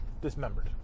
Dismembered